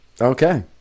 Okay